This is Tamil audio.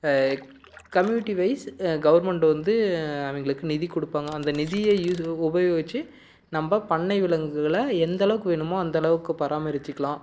கம்யூனிட்டி வைஸ் கவர்மெண்ட் வந்து அவங்களுக்கு நிதி கொடுப்பாங்க அந்த நிதியை யூஸ் உபயோகித்து நம்ம பண்ணை விலங்குகளை எந்த அளவுக்கு வேணுமோ அந்த அளவுக்கு பராமரித்துக்கலாம்